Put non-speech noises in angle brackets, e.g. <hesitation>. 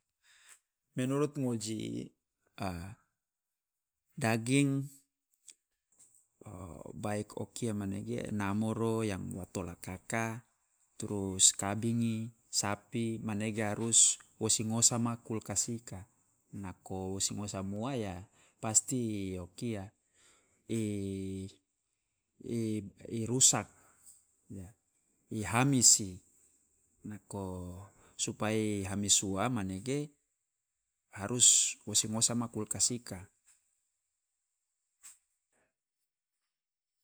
Menurut ngoji, a daging baik o kia manege, namoro yang wo tolaka ka, trus kabingi, sapi. Manege harus wo singosa ma kulkas ika, nako wo ngo singosa ua ya pasti o kia <hesitation> i rusak, i hamisi. Nako supaya i hamis ua manege harus wo singosa ma kulkas ika.